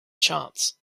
chance